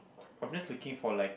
I'm just looking for like